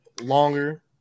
longer